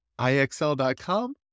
IXL.com